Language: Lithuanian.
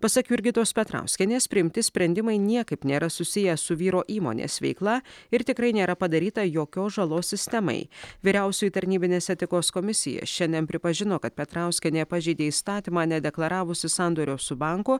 pasak jurgitos petrauskienės priimti sprendimai niekaip nėra susiję su vyro įmonės veikla ir tikrai nėra padaryta jokios žalos sistemai vyriausioji tarnybinės etikos komisija šiandien pripažino kad petrauskienė pažeidė įstatymą nedeklaravusi sandorio su banku